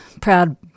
proud